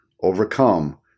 Overcome